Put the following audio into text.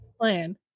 plan